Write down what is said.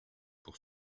pour